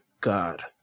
god